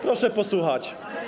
Proszę posłuchać.